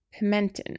pimenton